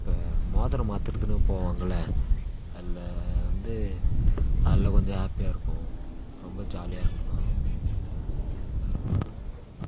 இப்போ மோதிரம் மாத்துகிறதுன்னு போவாங்கள்ல அதில் வந்து அதில் கொஞ்சம் ஹேப்பியாக இருக்கும் ரொம்ப ஜாலியாக இருக்கலாம் அதில் ஹேப்பியாக